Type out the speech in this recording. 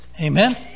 Amen